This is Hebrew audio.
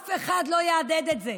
אף אחד לא יהדהד את זה.